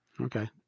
Okay